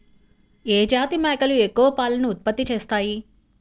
ఏ జాతి మేకలు ఎక్కువ పాలను ఉత్పత్తి చేస్తాయి?